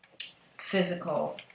physical